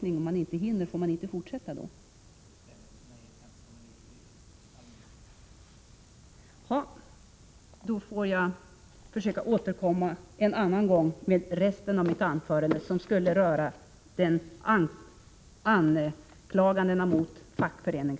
Jag avsåg att bl.a. beröra anklagelserna mot fackföreningsrörelsen, men jag får återkomma till detta en annan gång.